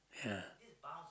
ya